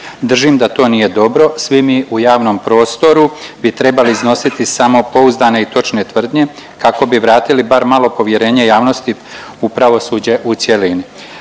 Držim da to nije dobro, svi mi u javnom prostoru bi trebali iznositi samo pouzdane i točne tvrdnje kako bi vratili bar malo povjerenja javnosti u pravosuđe u cjelini.